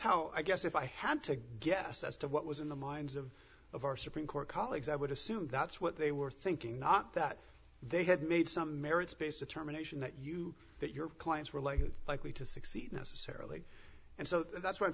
how i guess if i had to guess as to what was in the minds of of our supreme court colleagues i would assume that's what they were thinking not that they had made some merits based determination that you that your clients were like you are likely to succeed necessarily and so that's why i'm